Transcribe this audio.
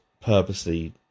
purposely